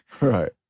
right